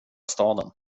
staden